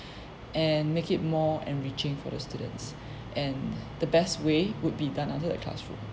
and make it more enriching for the students and the best way would be done outside the classroom